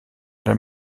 der